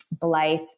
Blythe